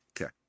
Okay